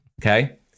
Okay